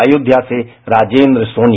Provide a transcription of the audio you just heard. अयोध्या से राजेंद्र सोनी